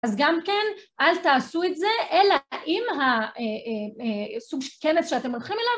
אז גם כן, אל תעשו את זה, אלא אם הסוג של כנס שאתם הולכים אליו